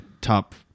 top